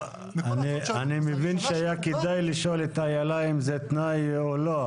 --- אני מבין שהיה כדאי לשאול את אילה אם זה תנאי או לא.